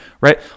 right